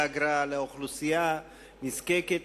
באגרה לאוכלוסייה נזקקת,